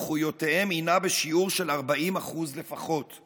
מנכויותיהם הינה בשיעור של 40% לפחות.